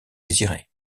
désiré